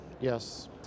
Yes